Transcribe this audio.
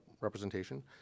representation